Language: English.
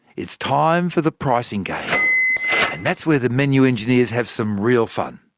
it's time for the pricing game and that's where the menu engineers have some real fun.